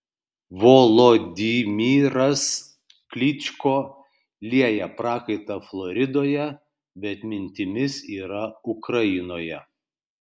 volodymyras klyčko lieja prakaitą floridoje bet mintimis yra ukrainoje